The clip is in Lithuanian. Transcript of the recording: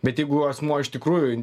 bet jeigu asmuo iš tikrųjų